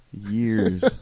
Years